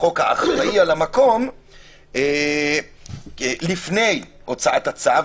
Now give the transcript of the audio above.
האחראי על המקום לפני הוצאת הצו,